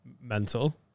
mental